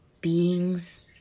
beings